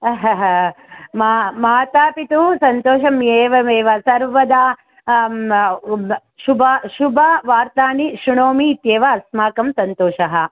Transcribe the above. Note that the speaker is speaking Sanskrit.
मा मातापितुः सन्तोषम् एवमेव सर्वदा शुभ शुभवार्तानि शृणोमि इत्येव अस्माकं सन्तोषः